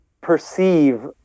perceive